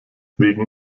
wegen